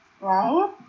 right